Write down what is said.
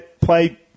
play